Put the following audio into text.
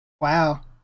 wow